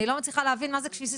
אני לא מצליחה להבין 'כפי שסיכמנו',